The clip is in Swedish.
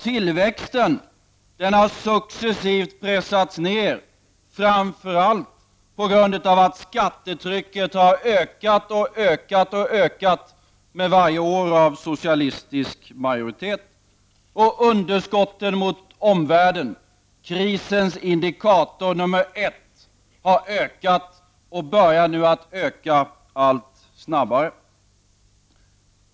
Tillväxten har successivt pressats ned, framför allt på grund av att skattetrycket har ökat och ökat med varje år av socialistisk majoritet. Och underskotten mot omvärlden, krisens indikator nummer ett, har ökat och börjar nu att öka allt snabbare.